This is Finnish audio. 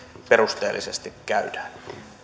perusteellisesti käydään